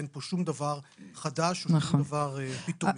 אין פה שום דבר חדש ושום דבר פתאומי.